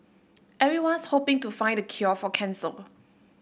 everyone's hoping to find the cure for cancer